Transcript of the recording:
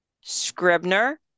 Scribner